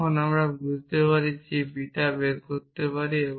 যখন আমরা বলতে পারি আমরা বিটা বের করতে পারি